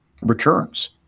returns